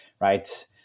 right